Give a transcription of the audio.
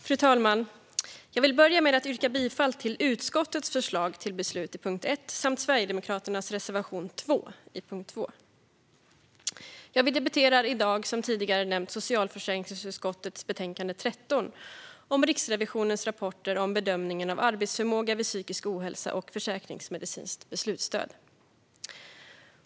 Fru talman! Jag vill börja med att yrka bifall till utskottets förslag till beslut under punkt 1 samt till Sverigedemokraternas reservation 2 under punkt 2. Vi debatterar i dag som tidigare nämnts Socialförsäkringsutskottets betänkande 13 om Riksrevisionens rapporter om bedömningen av arbetsförmåga vid psykisk ohälsa och försäkringsmedicinskt beslutsstöd.